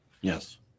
Yes